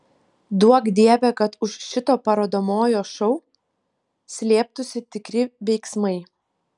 duok dieve kad už šito parodomojo šou slėptųsi tikri veiksmai